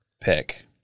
pick